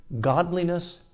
godliness